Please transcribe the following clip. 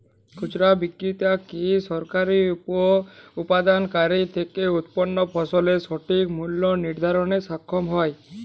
খুচরা বিক্রেতারা কী সরাসরি উৎপাদনকারী থেকে উৎপন্ন ফসলের সঠিক মূল্য নির্ধারণে সক্ষম হয়?